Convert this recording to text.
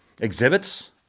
exhibits